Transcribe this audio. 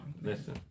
listen